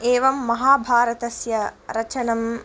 एवं महाभारतस्य रचनं